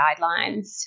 guidelines